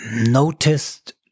noticed